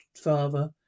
father